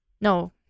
No